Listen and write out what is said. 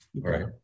right